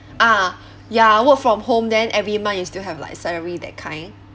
ah ya work from home then every month you still have like salary that kind